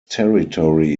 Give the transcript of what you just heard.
territory